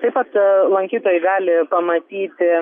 taip pat lankytojai gali pamatyti